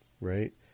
right